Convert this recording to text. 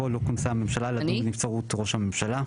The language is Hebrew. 'לא כונסה הממשלה לדון בנבצרות ראש הממשלה'.